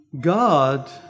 God